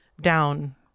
down